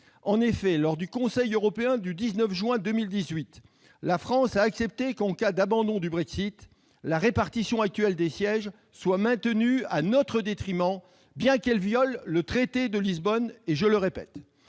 En effet, lors du Conseil européen du 19 juin 2018, la France a accepté que, en cas d'abandon du Brexit, la répartition actuelle des sièges soit maintenue à notre détriment, et ce en violation du traité de Lisbonne. Madame le ministre,